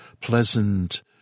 pleasant